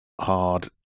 hard